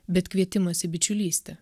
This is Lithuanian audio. bet kvietimas į bičiulystę